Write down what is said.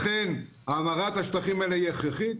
לכן ההמרה בשטחים האלה היא הכרחית.